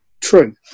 true